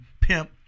pimp